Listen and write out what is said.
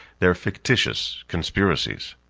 their fictitious conspiracies.